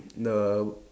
the